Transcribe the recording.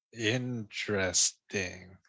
Interesting